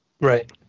Right